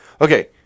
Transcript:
Okay